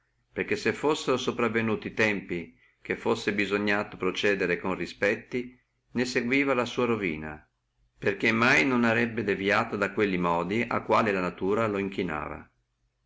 perché se fussino venuti tempi che fussi bisognato procedere con respetti ne seguiva la sua ruina né mai arebbe deviato da quelli modi a quali la natura lo inclinava